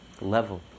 level